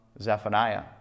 Zephaniah